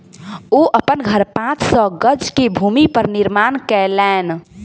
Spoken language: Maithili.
ओ अपन घर पांच सौ गज के भूमि पर निर्माण केलैन